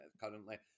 currently